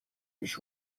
پیش